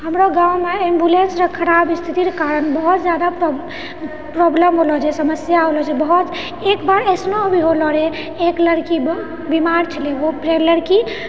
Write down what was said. हमरो गाँवमे एम्बुलेन्सरऽ खराब स्थितिरऽ कारण बहुत जादा प्रोब प्रॉब्लम होलौ जे समस्या होलौ जे बहुत एकबार अइसनो भी होलौ रहै एक लड़की बऽ बीमार छलै ओ प्रे लड़की